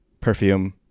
perfume